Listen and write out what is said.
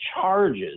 charges